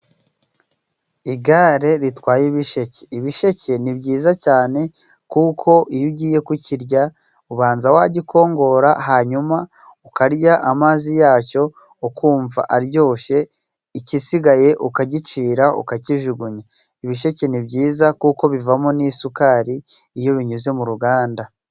Igare ritwaye ibisheke. Ibisheke ni byiza cyane kuko iyo ugiye kukirya ubanza wagikongora，hanyuma ukarya amazi yacyo，ukumva aryoshye，ikisigaye ukagicira， ukakijugunya. Ibisheke ni byiza kuko bivamo n'isukari iyo binyuze mu ruganda.